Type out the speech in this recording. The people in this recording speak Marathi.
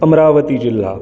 अमरावती जिल्हा